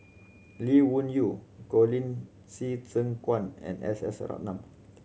Lee Wung Yew Colin Qi Zhe Quan and S S Ratnam